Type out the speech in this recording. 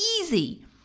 easy